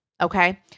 okay